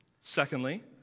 Secondly